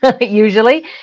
Usually